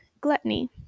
gluttony